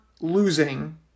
losing